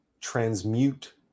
transmute